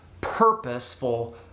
purposeful